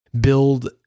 build